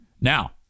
Now